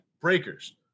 breakers